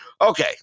Okay